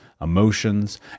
emotions